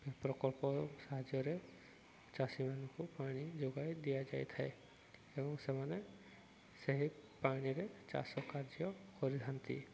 ପ୍ରକଳ୍ପ ସାହାଯ୍ୟରେ ଚାଷୀମାନଙ୍କୁ ପାଣି ଯୋଗାଇ ଦିଆଯାଇଥାଏ ଏବଂ ସେମାନେ ସେହି ପାଣିରେ ଚାଷ କାର୍ଯ୍ୟ କରିଥାନ୍ତି